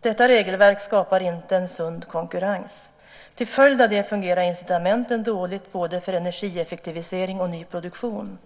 Detta regelverk skapar inte en sund konkurrens. Till följd av det fungerar incitamenten dåligt både för energieffektivisering och nyproduktion.